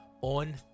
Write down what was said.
on